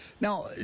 Now